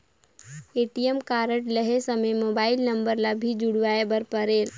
ATM card लहे समय mobile number ला भी जुड़वाए बर परेल?